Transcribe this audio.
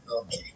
okay